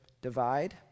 divide